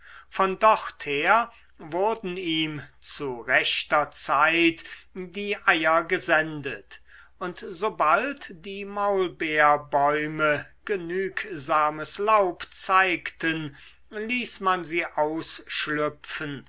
von dorther wurden ihm zu rechter zeit die eier gesendet und sobald die maulbeerbäume genügsames laub zeigten ließ man sie ausschlüpfen